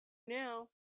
now